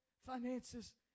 Finances